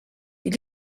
die